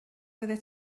oeddet